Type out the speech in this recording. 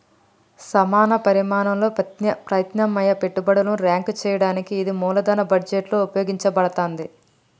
సమాన పరిమాణంలో ప్రత్యామ్నాయ పెట్టుబడులను ర్యాంక్ చేయడానికి ఇది మూలధన బడ్జెట్లో ఉపయోగించబడతాంది